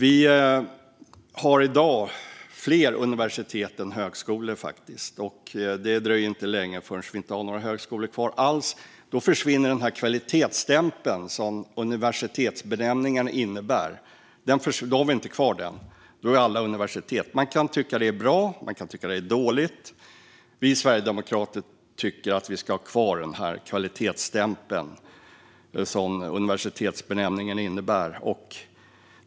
I dag finns fler universitet än högskolor, och det dröjer inte länge förrän det inte kommer att vara några högskolor kvar alls. Då försvinner kvalitetsstämpeln som universitetsbenämningen innebär, och då är alla lärosäten universitet. Man kan tycka att det är bra, och man kan tycka att det är dåligt. Vi sverigedemokrater tycker att kvalitetsstämpeln som universitetsbenämningen innebär ska finnas kvar.